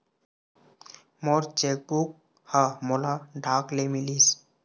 मोर cheque book ह मोला डाक ले मिलिस